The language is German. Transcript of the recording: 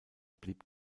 blieb